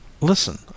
Listen